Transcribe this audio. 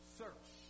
search